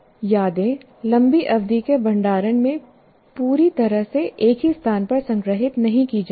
यादें लंबी अवधि के भंडारण में पूरी तरह से एक ही स्थान पर संग्रहीत नहीं की जाएंगी